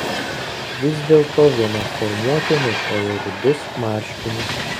vis dėlto viena formuotė nešiojo rudus marškinius